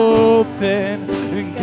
open